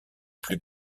plus